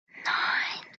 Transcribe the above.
nine